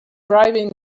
bribing